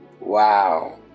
Wow